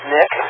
Nick